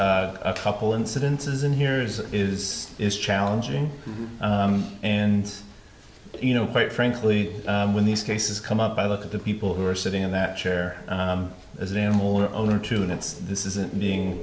a couple incidences in here is is is challenging and you know quite frankly when these cases come up i look at the people who are sitting in that chair as an animal or owner to and it's this isn't being